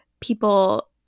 people